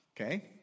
Okay